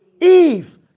Eve